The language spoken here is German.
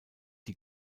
die